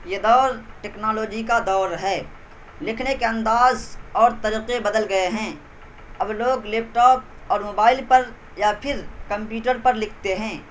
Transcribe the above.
یہ دور ٹیکنالوجی کا دور ہے لکھنے کے انداز اور طریقے بدل گئے ہیں اب لوگ لیپ ٹاپ اور موبائل پر یا پھر کمپیوٹر پر لکھتے ہیں